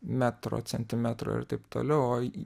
metro centimetro ir taip toliau o